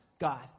God